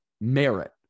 merit